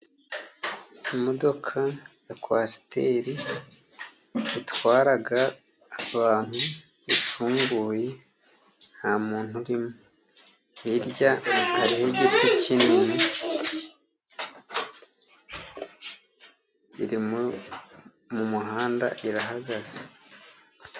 Imodoka ya kwasiteri itwara abantu, ifunguye nta muntu rimo. Hirya hari igiti kinini , iri mu muhanda irahagaze.